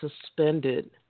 suspended